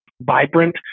vibrant